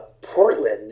Portland